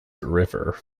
river